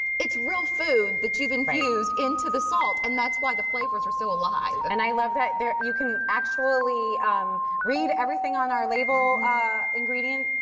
it's real food that you infused into the salt. and that's why the flavors are so alive. and i love that you can actually read everything on our label ingredients.